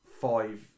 five